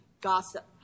Gossip